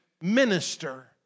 minister